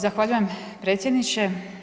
Zahvaljujem predsjedniče.